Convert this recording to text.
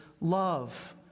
love